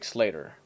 later